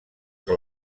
que